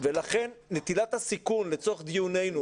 ולכן נטילת הסיכון לצורך דיוננו,